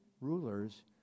rulers